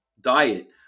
diet